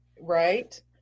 Right